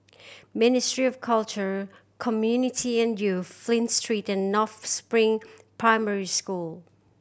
Ministry of Culture Community and Youth Flint Street and North Spring Primary School